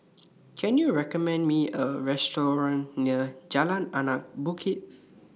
Can YOU recommend Me A Restaurant near Jalan Anak Bukit